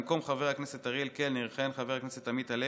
במקום חבר הכנסת אריאל קלנר יכהן חבר הכנסת עמית הלוי,